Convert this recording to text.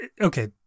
Okay